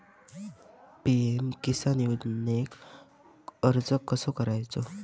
PM Kisan योजनेक अर्ज कसो करायचो?